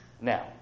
now